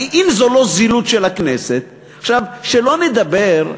אם זו לא זילות של הכנסת, שלא נדבר,